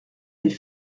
les